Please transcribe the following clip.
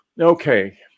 Okay